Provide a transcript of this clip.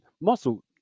muscle